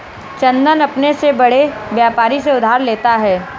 चंदन अपने से बड़े व्यापारी से उधार लेता है